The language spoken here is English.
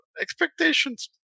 expectations